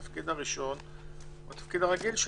התפקיד הראשון הוא התפקיד הרגיל שלה,